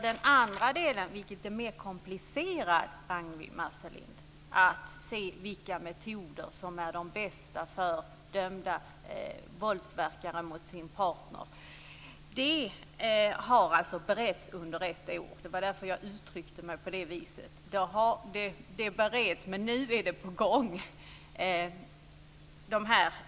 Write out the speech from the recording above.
Den andra delen, vilken är mer komplicerad, Ragnwi Marcelind, nämligen att se vilka metoder som är de bästa för dem som dömts för våld mot sin partner, har beretts under ett år. Det var därför som jag uttryckte mig på detta vis. Ärendet bereds.